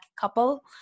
couple